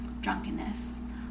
drunkenness